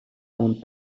owned